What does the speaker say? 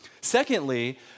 Secondly